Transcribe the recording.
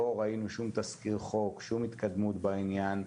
לא ראינו שום תזכיר חוק, שום התקדמות בעניין,